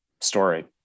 story